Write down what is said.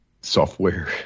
software